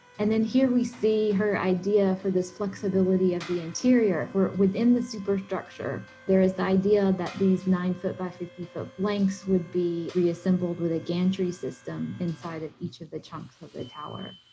and then here, we see her idea for this flexibility of the interior. for within the superstructure, there is the idea that these nine foot by fifty foot blanks would be reassembled with a gantry system inside of each of the chunks of the tower.